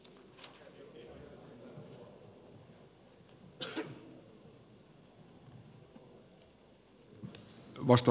arvoisa herra puhemies